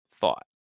thought